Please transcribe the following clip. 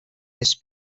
his